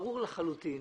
ברור לחלוטין